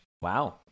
wow